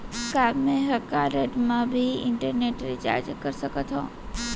का मैं ह कारड मा भी इंटरनेट रिचार्ज कर सकथो